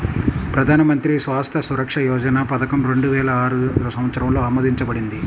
ప్రధాన్ మంత్రి స్వాస్థ్య సురక్ష యోజన పథకం రెండు వేల ఆరు సంవత్సరంలో ఆమోదించబడింది